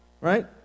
right